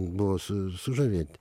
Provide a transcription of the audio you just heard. buvo su sužavėti